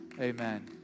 Amen